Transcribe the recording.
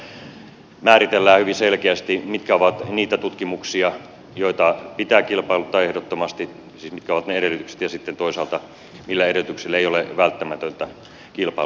meillä on hankintalaki jossa määritellään hyvin selkeästi mitkä ovat niitä tutkimuksia jotka pitää kilpailuttaa ehdottomasti siis mitkä ovat ne edellytykset ja sitten toisaalta millä edellytyksillä ei ole välttämätöntä kilpailuttaa